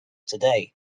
today